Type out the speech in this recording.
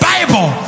Bible